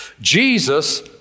Jesus